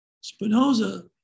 Spinoza